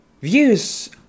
Views